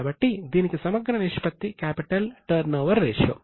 కాబట్టి దీనికి సమగ్ర నిష్పత్తి క్యాపిటల్ టర్నోవర్ రేషియో